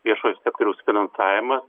viešojo sektoriaus finansavimas